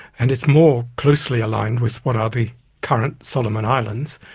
and it's more closely aligned with what are the current solomon islands.